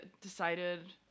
decided